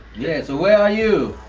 yeah, so where are you?